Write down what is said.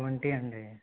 twenty అండి